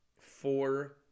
four